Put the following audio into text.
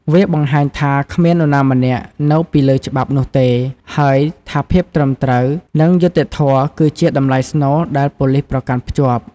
វាបង្ហាញថា គ្មាននរណាម្នាក់នៅពីលើច្បាប់នោះទេ ហើយថាភាពត្រឹមត្រូវ និងយុត្តិធម៌ គឺជាតម្លៃស្នូលដែលប៉ូលិសប្រកាន់ភ្ជាប់។